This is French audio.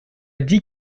dit